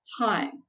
time